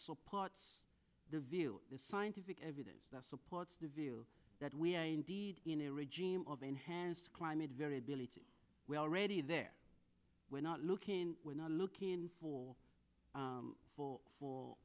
supports the view the scientific evidence that supports the view that we are indeed in a regime of enhanced climate variability we're already there we're not looking we're not looking for a full fall